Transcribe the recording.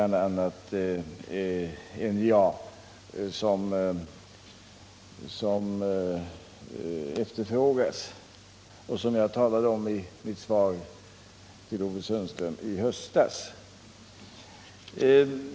NJA , som Sten-Ove Sundström efterlyst och som jag talade om i mitt svar till Sten-Ove Sundström i höstas.